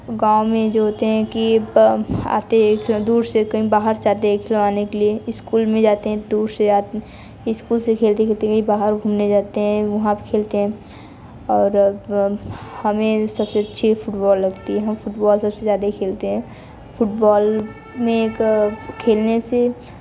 गाँव में जो होते हैं कि आते दूर से कहीं बाहर से देखने आने के लिए इस्कुल में जाते हैं दूसरे से आदमी इस्कुल से खेलते खेलते बाहर घूमने जाते हैं वहाँ खेलते हैं और हमें सबसे अच्छे फुटबॉल लगती है फुटबॉल सबसे ज़्यादा खेलते हैं फुटबॉल में खेलने से